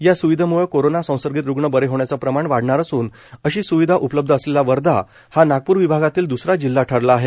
या स्विधेम्ळं कोरोना संसर्गित रुग्ण बरे होण्याचं प्रमाण वाढणार असून अशी सूविधा उपलब्ध असलेला वर्धा हा नागपूर विभागातील दूसरा जिल्हा ठरला आहे